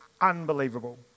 unbelievable